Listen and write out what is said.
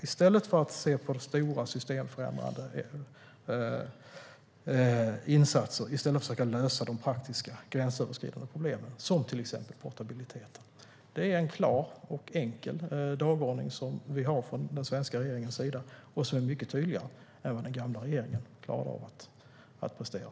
I stället för att se på stora systemförändrande insatser måste vi försöka lösa de praktiska gränsöverskridande problemen, till exempel portabiliteten. Det är en klar och enkel dagordning vi har från den svenska regeringens sida. Den är mycket tydligare än den som den tidigare regeringen lyckades prestera.